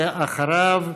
ואחריו,